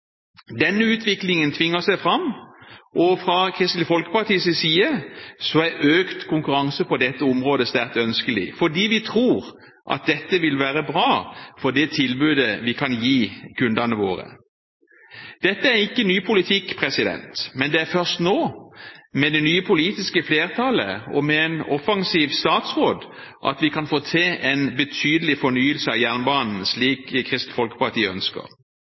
Denne utviklingen tvinger seg fram, og fra Kristelig Folkepartis side er økt konkurranse på dette området sterkt ønskelig, fordi vi tror at dette vil være bra for det tilbudet vi kan gi kundene våre. Dette er ikke ny politikk, men det er først nå – med det nye politiske flertallet og med en offensiv statsråd – vi kan få til en betydelig fornyelse av jernbanen, slik Kristelig Folkeparti ønsker.